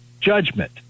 judgment